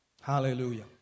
Hallelujah